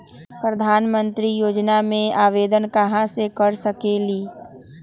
प्रधानमंत्री योजना में आवेदन कहा से कर सकेली?